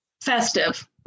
festive